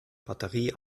batterie